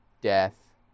death